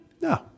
No